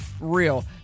real